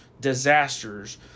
disasters